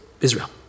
Israel